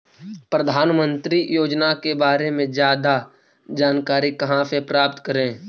प्रधानमंत्री योजना के बारे में जादा जानकारी कहा से प्राप्त करे?